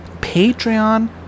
patreon